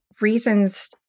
reasons